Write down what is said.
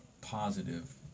positive